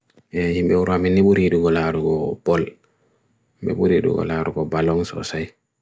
ihimbe uramen iburiru quwar u pol iburiru quwar u ballons o aasay